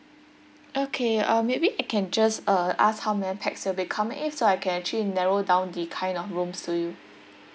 okay um maybe I can just uh ask how many pax that will be coming in so I can actually narrow down the kind of rooms to you